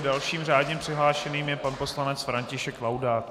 Dalším přihlášeným je pan poslanec František Laudát.